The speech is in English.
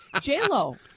J-Lo